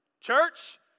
Church